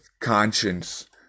conscience